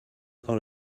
all